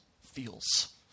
feels